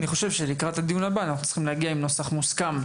אני חושב שלקראת הדיון הבא אנחנו צריכים להגיע עם נוסח מוסכם.